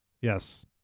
Yes